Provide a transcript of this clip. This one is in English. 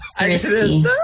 Risky